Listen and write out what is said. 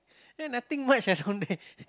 eh nothing much ah down there